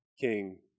King